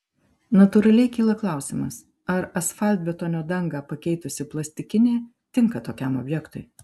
natūraliai kyla klausimas ar asfaltbetonio dangą pakeitusi plastikinė tinka tokiam objektui